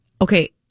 Okay